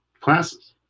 classes